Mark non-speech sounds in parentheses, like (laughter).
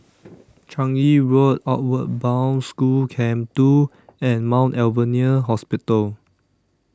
(noise) Changi Road Outward Bound School Camp two and Mount Alvernia Hospital